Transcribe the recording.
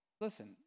listen